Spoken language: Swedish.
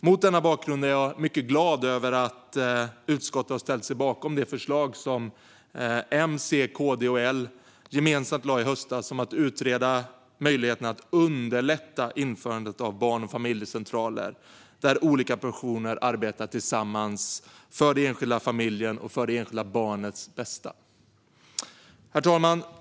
Mot denna bakgrund är jag mycket glad över att utskottet har ställt sig bakom det förslag som M, C, KD och L gemensamt lade fram i höstas om att utreda möjligheterna att underlätta införandet av barn och familjecentraler, där olika professioner arbetar tillsammans för den enskilda familjen och för det enskilda barnets bästa. Herr talman!